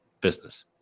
business